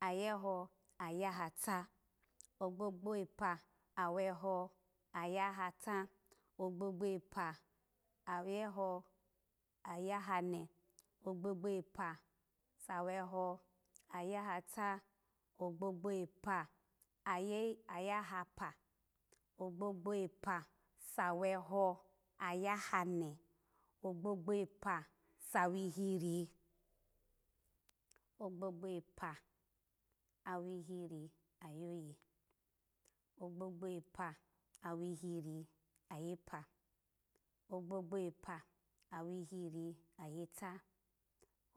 Ayeho ayahata, ogbogbo epa ayeho ayahata, ogbogbo epa ayeho ayahane, ogbogbo epa sa weho, ayahata, ogbogbo epa aye ayahapa, ogbogbo epa sa weho ayahane, ogbogbo epa awihiri ogbogbo epa awihiri ayoye, ogbogbo epa awihiri ayepa, ogbogbo epa awihiri ayeta,